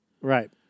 Right